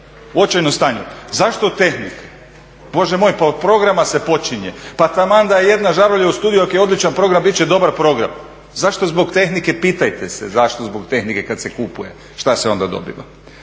u očajnom stanju na HRT-u. Zašto tehnika? Bože moj, pa od programa se počinje, pa taman da je jedna žarulja u studiju ako je odličan program bit će dobar program. Zašto zbog tehnike, pitajte se zašto zbog tehnike kad se kupuje, što se onda dobiva.